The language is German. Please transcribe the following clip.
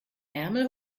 ärmel